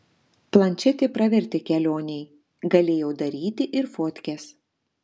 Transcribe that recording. plančetė pravertė kelionėj galėjau daryti ir fotkes